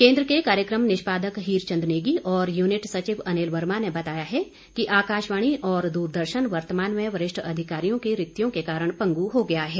केन्द्र के कार्यक्रम निष्पादक हीरचंद नेगी और यूनिट सचिव अनिल वर्मा ने बताया है कि आकाशवाणी और दूरदर्शन वर्तमान में वरिष्ठ अधिकारियों की रिक्तियों के कारण पंगु हो गया है